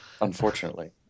unfortunately